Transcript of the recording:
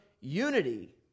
unity